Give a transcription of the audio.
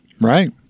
Right